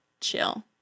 Chill